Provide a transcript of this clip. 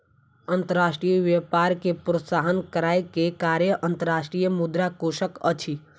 अंतर्राष्ट्रीय व्यापार के प्रोत्साहन करै के कार्य अंतर्राष्ट्रीय मुद्रा कोशक अछि